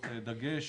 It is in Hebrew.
תוך דגש